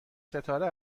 ستاره